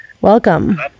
Welcome